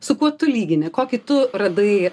su kuo tu lygini kokį tu radai